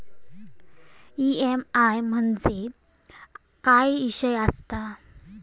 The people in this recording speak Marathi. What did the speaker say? ई.एम.आय म्हणजे काय विषय आसता?